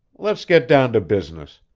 let's get down to business.